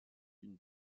une